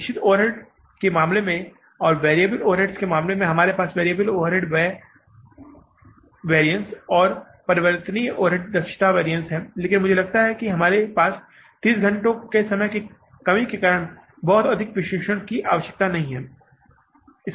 निश्चित ओवरहेड्स के मामले में और वैरिएबल ओवरहेड्स के मामले में भी हमारे पास वैरिएबल ओवरहेड व्यय वैरिअन्स और परिवर्तनीय ओवरहेड दक्षता वैरिअन्स है लेकिन मुझे लगता है कि हमारे पास 30 घंटे के समय की कमी के कारण बहुत अधिक विश्लेषण की आवश्यकता नहीं है